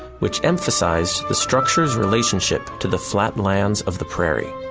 which emphasized the structure's relationship to the flat lands of the prairie.